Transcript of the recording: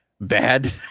bad